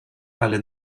alle